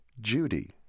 Judy